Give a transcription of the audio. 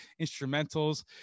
instrumentals